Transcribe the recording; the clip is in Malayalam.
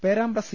പേരാമ്പ്ര സി